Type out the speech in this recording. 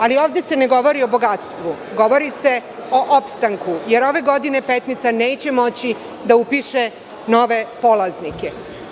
Ali, ovde se ne govori o bogatstvu, govori se o opstanku, jer ove godine Petnica neće moći da upiše nove polaznike.